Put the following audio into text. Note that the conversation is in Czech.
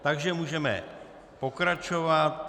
Takže můžeme pokračovat.